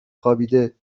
خوابیده